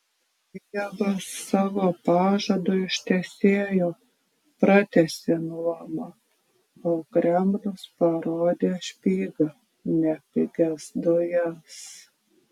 kijevas savo pažadą ištesėjo pratęsė nuomą o kremlius parodė špygą ne pigias dujas